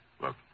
Look